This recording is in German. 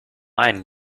einen